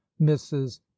mrs